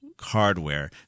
hardware